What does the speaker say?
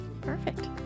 Perfect